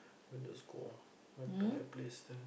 let's go back to my place then